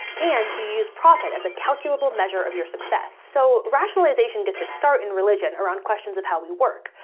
and you use profit as a calculable measure of your success. so rationalization gets its start in religion, around questions of how we work.